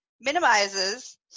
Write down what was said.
minimizes